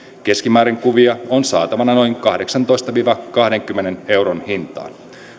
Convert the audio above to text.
keskimäärin kuvia on saatavana noin kahdeksantoista viiva kahdenkymmenen euron hintaan